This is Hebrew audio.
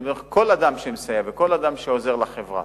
אני אומר שכל אדם שמסייע וכל אדם שעוזר לחברה,